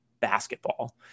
basketball